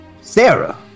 Sarah